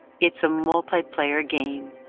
it's a multiplayer game,